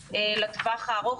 ממנה לטווח הארוך,